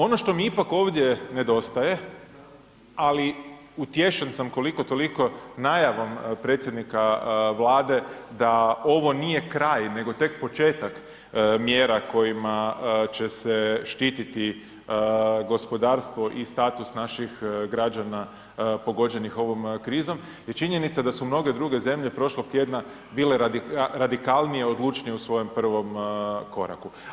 Ono što mi ipak ovdje nedostaje, ali utješen sam koliko toliko najavom predsjednika Vlade da ovo nije kraj nego tek početak mjera kojima će se štititi gospodarstvo i status naših građana pogođenih ovom krizom je činjenica da su mnoge druge zemlje prošlog tjedna bile radikalnije i odlučnije u svojem prvom koraku.